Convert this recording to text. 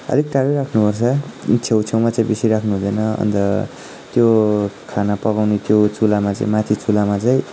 अलिक टाढो राख्नुपर्छ छेउछेउमा चाहिँ बेसी राख्नु हुँदैन अन्त त्यो खाना पकाउने त्यो चुल्हामा चाहिँ माथि चुल्हामा चाहिँ